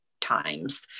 times